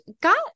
got